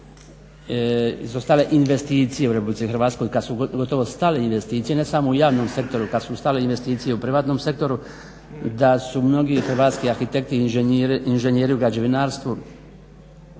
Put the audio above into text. izostale investicije u RH i kada su gotovo stale investicije, ne samo u javnom sektoru, kad su stale investicije u privatnom sektoru da su mnogi hrvatski arhitekti, inženjeri u građevinarstvu